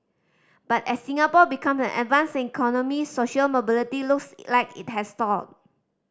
but as Singapore become an advanced economy social mobility looks like it has stalled